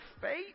faith